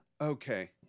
Okay